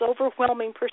overwhelming